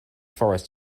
forest